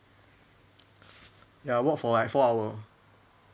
ya walk for like four hour